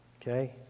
Okay